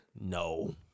No